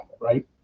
right